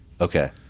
Okay